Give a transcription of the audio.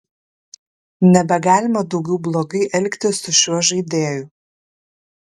nebegalima daugiau blogai elgtis su šiuo žaidėju